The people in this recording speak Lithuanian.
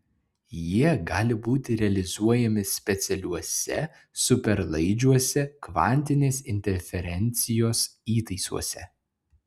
jie gali būti realizuojami specialiuose superlaidžiuose kvantinės interferencijos įtaisuose